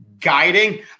guiding